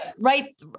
right